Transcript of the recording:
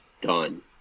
done